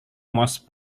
most